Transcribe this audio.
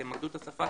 תמקדו את השפה,